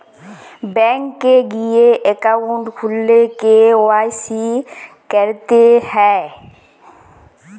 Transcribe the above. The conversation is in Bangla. ব্যাঙ্ক এ গিয়ে একউন্ট খুললে কে.ওয়াই.সি ক্যরতে হ্যয়